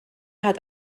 hat